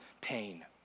pain